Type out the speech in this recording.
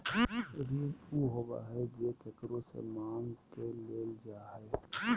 ऋण उ होबा हइ जे केकरो से माँग के लेल जा हइ